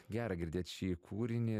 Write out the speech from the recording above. gera girdėt šį kūrinį